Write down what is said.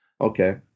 Okay